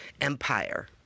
empire